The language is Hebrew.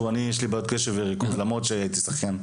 בעיות קשב וריכוז למרות שהייתי שחקן,